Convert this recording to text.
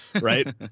Right